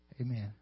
Amen